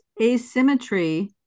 asymmetry